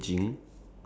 okay